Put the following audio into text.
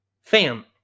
Fam